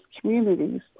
communities